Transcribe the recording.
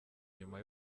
nyuma